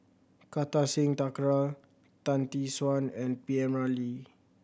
Kartar Singh Thakral Tan Tee Suan and P M Ramlee